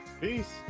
Peace